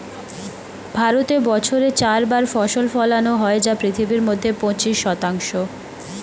ভারতে বছরে চার বার ফসল ফলানো হয় যা পৃথিবীর মধ্যে পঁচিশ শতাংশ